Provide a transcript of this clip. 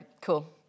cool